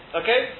okay